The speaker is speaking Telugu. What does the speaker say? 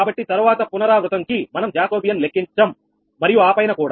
కాబట్టి తరువాత పునరావృతం కి మనం జాకోబియన్ లెక్కించము మరియు ఆ పైన కూడా